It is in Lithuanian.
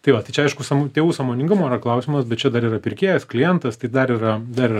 tai va tai čia aišku sav tėvų sąmoningumo yra klausimas bet čia dar yra pirkėjas klientas tai dar yra dar yra